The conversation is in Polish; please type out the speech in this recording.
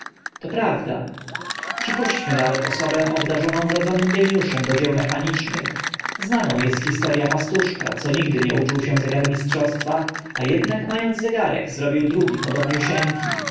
to prawda przypuśćmy nawet osobę obdarzoną wrodzonym geniuszem do dzieł mechanicznych znaną est historia pastuszka co nigdy nie uczył się zegarmistrzostwa a ednak ma ąc zegarek zrobił drugi podobniusieńki